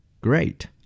Great